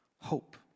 hope